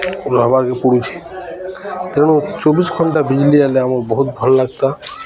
ରହବାର୍କେ ପଡ଼ୁଛି ତେଣୁ ଚବିଶ ଘଣ୍ଟା ବିଜୁଳି ଆଇଲେ ଆମର୍ ବହୁତ ଭଲ୍ ଲାଗନ୍ତା